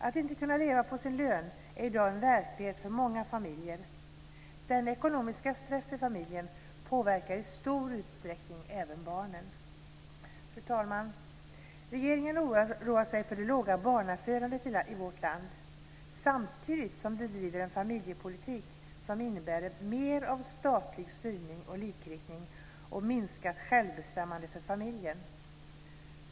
Att inte kunna leva på sin lön är i dag en verklighet för många familjer. Denna ekonomiska stress i familjen påverkar i stor utsträckning även barnen. Fru talman! Regeringen oroar sig för det låga barnafödandet i vårt land, samtidigt som man driver en familjepolitik som innebär mer av statlig styrning och likriktning och minskat självbestämmande för familjen.